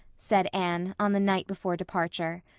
said anne on the night before departure.